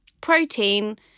protein